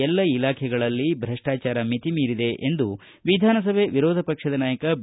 ಎಲ್ಲ ಇಲಾಖೆಗಳಲ್ಲಿ ಭಪ್ಪಾಚಾರ ಮಿತಿಮೀರಿದೆ ಎಂದು ವಿಧಾನಸಭೆ ವಿರೋಧಪಕ್ಷದ ನಾಯಕ ಬಿ